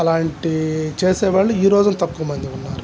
అలాంటివి చేసేవాళ్ళు ఈ రోజున తక్కువ మంది ఉన్నారు